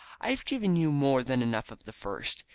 i have given you more than enough of the first.